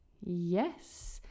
Yes